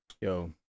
Yo